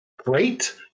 great